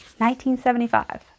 1975